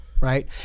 right